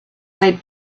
made